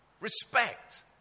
respect